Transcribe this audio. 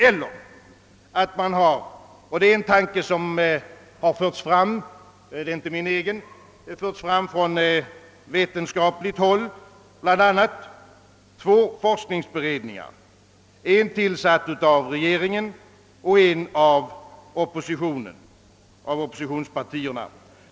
Den kan också ske så — det är en tanke som förts fram från bl.a. vetenskapligt håll — att vi har två forskningsberedningar, en tillsatt av regeringen och en av oppositionspartierna.